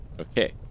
Okay